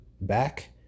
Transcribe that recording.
back